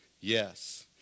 Yes